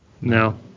No